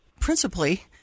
principally